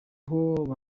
aho